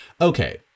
Okay